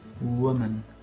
Woman